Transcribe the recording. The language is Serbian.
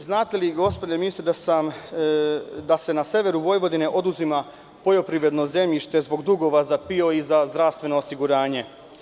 Znate li, gospodine ministre, da se na severu Vojvodine oduzima poljoprivredno zemljište zbog dugova za PIO i za zdravstveno osiguranje?